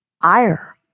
Ire